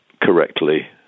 correctly